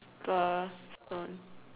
paper stone